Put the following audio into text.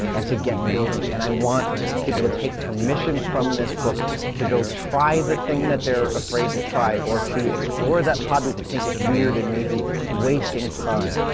and to get building, and i want people to take permission from this book to go try the thing that they're afraid to try, or to explore that hobby they think is weird and maybe wasting time,